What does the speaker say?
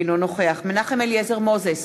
אינו נוכח מנחם אליעזר מוזס,